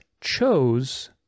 chose